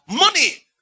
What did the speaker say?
Money